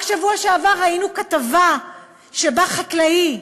רק בשבוע שעבר ראינו כתבה שבה חקלאי,